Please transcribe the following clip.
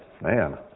man